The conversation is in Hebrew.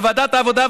בוועדת העבודה,